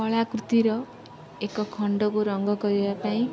କଳାକୃତିର ଏକ ଖଣ୍ଡକୁ ରଙ୍ଗ କରିବା ପାଇଁ